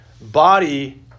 body